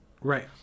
Right